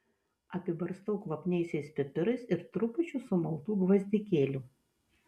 apibarstau kvapniaisiais pipirais ir trupučiu sumaltų gvazdikėlių